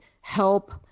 help